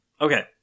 Okay